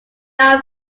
are